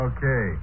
Okay